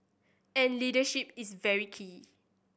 and leadership is very key